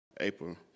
April